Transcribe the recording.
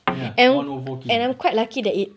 ya one O four key